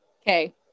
Okay